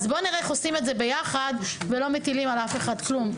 בואו נראה איך עושים את זה יחד ולא מטילים על אף אחד כלום.